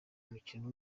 umukino